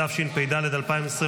התשפ"ד 2024,